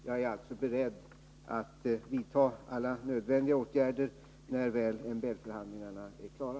Jag är alltså beredd att vidta alla nödvändiga åtgärder, när väl MBL förhandlingarna är klara.